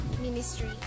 ministry